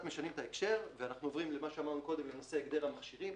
משנים את ההקשר ועוברים לנושא של הגדר המכשירים.